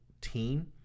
team